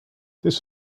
this